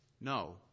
No